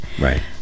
Right